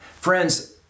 Friends